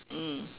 mm